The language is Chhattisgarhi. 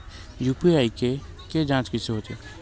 यू.पी.आई के के जांच कइसे होथे?